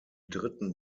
dritten